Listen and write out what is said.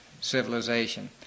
civilization